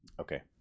Okay